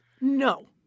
No